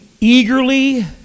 eagerly